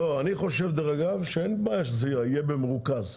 לא, אני חושב אגב שאין בעיה שזה יהיה במרוכז,